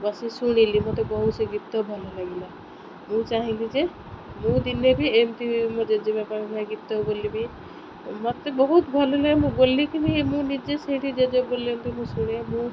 ବସି ଶୁଣିଲି ମୋତେ ବହୁତ ସେ ଗୀତ ଭଲ ଲାଗିଲା ମୁଁ ଚାହିଁଲି ଯେ ମୁଁ ଦିନେ ବି ଏମିତି ମୋ ଜେଜେବାପା ଗୀତ ବୋଲିବି ମୋତେ ବହୁତ ଭଲ ଲାଗେ ମୁଁ ବୋଲିକି ମୁଁ ନିଜେ ସେଇଠି ଜେଜେ ବୋଲନ୍ତି ମୁଁ ଶୁଣିବା ମୁଁ